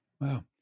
Wow